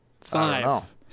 five